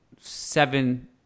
seven